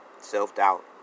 self-doubt